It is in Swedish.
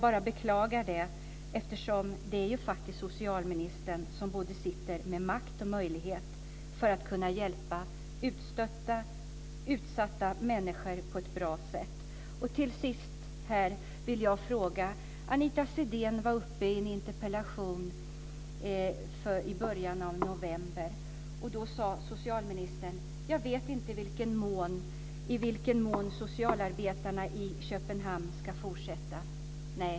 Jag beklagar det, eftersom det är socialministern som har både makt och möjlighet att hjälpa utstötta, utsatta människor på ett bra sätt. Anita Sidén var uppe i en interpellationsdebatt i början av november. Då sade socialministern: Jag vet inte i vilken mån socialarbetarna i Köpenhamn ska fortsätta.